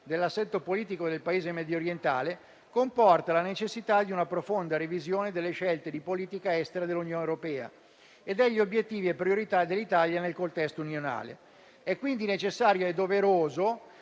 dell'assetto politico del Paese mediorientale, comporta la necessità di una profonda revisione delle scelte di politica estera dell'Unione europea e degli obiettivi e priorità dell'Italia nel contesto unionale. È quindi necessario e doveroso